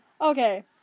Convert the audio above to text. Okay